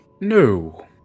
No